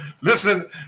Listen